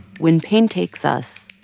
when pain takes us,